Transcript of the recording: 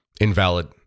invalid